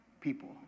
people